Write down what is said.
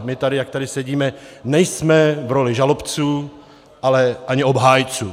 My tady, jak tady sedíme, nejsme v roli žalobců, ale ani obhájců.